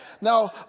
Now